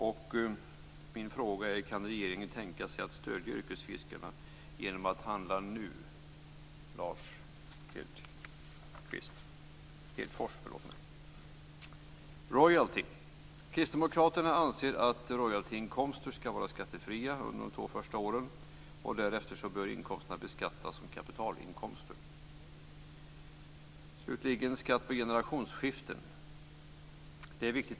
Min fråga till Lars Hedfors är: Kan regeringen tänka sig att stödja yrkesfiskarna genom att handla nu? Kristdemokraterna anser att royaltyinkomster skall vara skattefria under de två första åren. Därefter bör inkomsterna beskattas som kapitalinkomster. Slutligen till skatt vid generationsskiften.